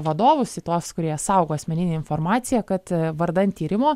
vadovus į tuos kurie saugo asmeninę informaciją kad vardan tyrimo